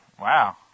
Wow